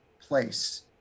place